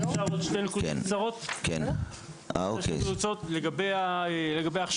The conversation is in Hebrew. אפשר עוד שתי נקודות קצרות לגבי ההכשרה?